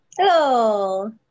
Hello